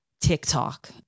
TikTok